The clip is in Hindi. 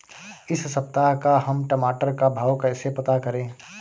इस सप्ताह का हम टमाटर का भाव कैसे पता करें?